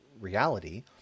reality